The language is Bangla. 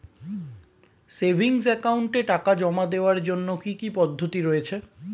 সেভিংস একাউন্টে টাকা জমা দেওয়ার জন্য কি কি পদ্ধতি রয়েছে?